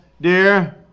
dear